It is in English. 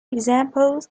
examples